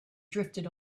drifted